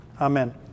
Amen